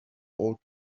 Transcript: old